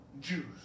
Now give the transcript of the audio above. Jews